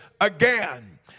again